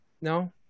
No